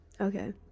Okay